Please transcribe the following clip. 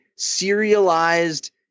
serialized